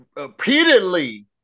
repeatedly